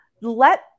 let